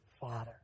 father